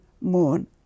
mourn